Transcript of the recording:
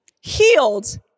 healed